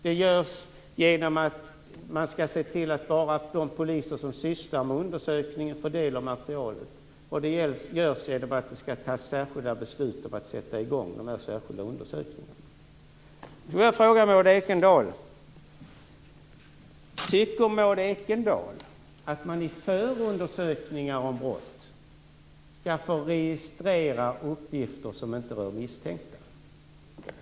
Det görs genom att man skall se till att bara de poliser som sysslar med undersökningen får del av materialet. Det görs också genom att det skall fattas särskilda beslut om att sätta i gång de särskilda undersökningarna. Ekendahl att man i förundersökningar om brott skall få registrera uppgifter som inte rör misstänkta?